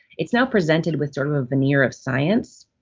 it's now presented with sort of a veneer of science.